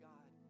God